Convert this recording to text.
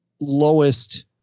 lowest